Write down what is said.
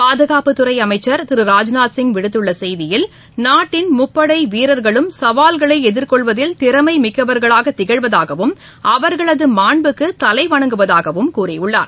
பாதுகாப்புத்துறை அமைச்ச் திரு ராஜ்நாத்சிங் விடுத்துள்ள செய்தியில் நாட்டின் முப்படை வீரர்களும் சவால்களை எதிர்கொள்வதில் திறமை மிக்கவர்களாக திகழ்வதாகவும் அவர்களது மாண்புக்கு தலைவணங்குவதாகவும் கூறியுள்ளார்